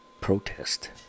Protest